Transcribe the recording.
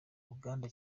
ruganda